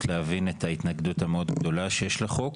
להבין את ההתנגדות המאוד גדולה שיש לחוק.